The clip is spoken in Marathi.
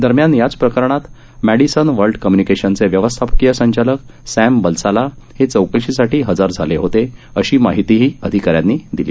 दरम्यान याच प्रकरणात मॅपिसन वर्ला कम्य्निकेशनचे व्यवस्थापकीय संचालक सॅम बलसाला हे चौकशीसाठी हजर झाले होते अशी माहितीही या अधिकाऱ्यांनी दिली